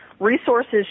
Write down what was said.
resources